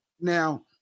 now